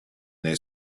their